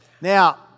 Now